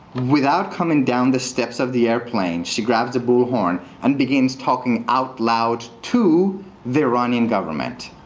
without coming down the steps of the airplane, she grabbed the bullhorn and begins talking out loud to the iranian government.